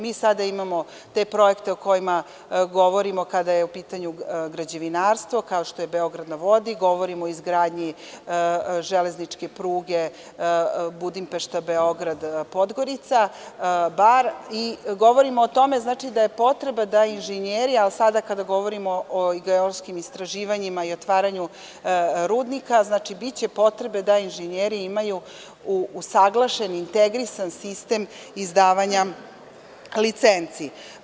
Mi sada imamo te projekte o kojima govorimo kada je u pitanju građevinarstvo, kao što je „Beograd na vodi“, govorimo o izgradnji železničke pruge Budimpešta-Beograd-Podgorica-Bar i govorimo o tome da je potreba da inženjeri, a sada kada govorimo o geološkim istraživanjima i otvaranju rudnika, biće potrebe da inženjeri imaju usaglašen integrisan sistem izdavanja licenci.